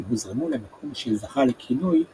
הוזרמו למקום שזכה לכינוי "קוטיול".